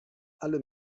alle